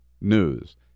news